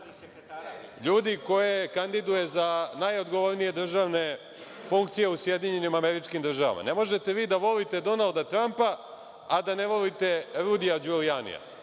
ljudi koje kandiduje za najodgovornije državne funkcije u SAD. Ne možete vi da volite Donalda Trampa, a da ne volite Rudija Đulijanija.